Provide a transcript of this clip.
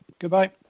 goodbye